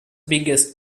biggest